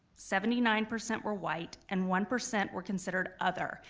seventy nine percent were white, and one percent were considered other,